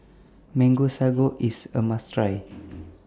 Mango Sago IS A must Try